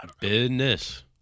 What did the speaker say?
Business